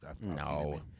No